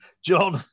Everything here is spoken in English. John